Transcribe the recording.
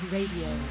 Radio